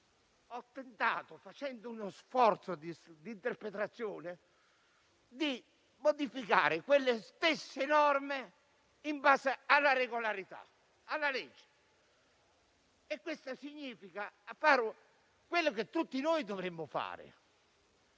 ho tentato, facendo uno sforzo di interpretazione, di modificare quelle stesse norme in base alla regolarità, alla legge. Questo significa fare ciò che tutti dovremmo,